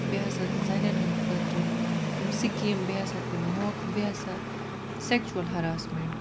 بیٚیہِ ہَسا زَنیٚن ہٕنٛدِ خٲطرٕ تِم سِکیٖم بیٚیہِ ہَسا تِم موقعہٕ بیٚیہِ ہَسا سیٚکچُوَل ہَرٛاسمینٛٹ